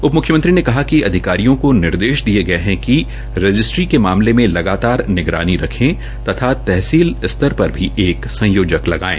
उप मुख्यमंत्री ने कहा कि अधिकारियों को निर्देश दिए गये है कि रजिस्टरी के मामले में लगातार निगरानी रखे तथा तहसील स्तर पर भी एक संयोजक लगाएं